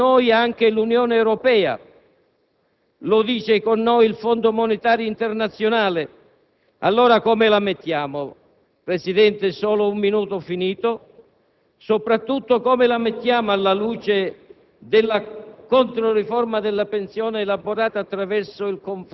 ma lo dice con noi anche l'Unione Europea, lo dice con noi il Fondo monetario internazionale. Allora, come la mettiamo? Signor Presidente, le chiedo ancora